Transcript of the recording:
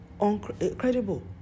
uncredible